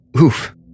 Oof